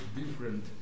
different